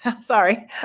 sorry